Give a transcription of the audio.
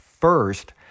First